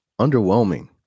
underwhelming